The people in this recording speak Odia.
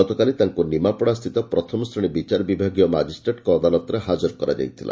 ଗତକାଲି ତାଙ୍କୁ ନିମାପଡ଼ା ସ୍ସିତ ପ୍ରଥମ ଶ୍ରେଶୀ ବିଚାରବିଭାଗୀୟ ମାଜିଷ୍ଟ୍ରେଟଙ୍କ ଅଦାଲତରେ ହାଜର କରାଯାଇଥିଲା